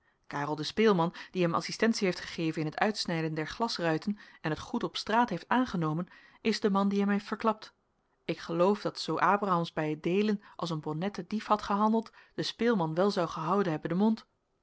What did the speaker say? karel de speelman die hem assistentie heeft gegeven in het uitsnijden der glasruiten en het goed op straat heeft aangenomen is de man die hem heeft verklapt ik geloof dat zoo abramsz bij het deelen als een bonnette dief had gehandeld de speelman wel zou gehouden hebben den mond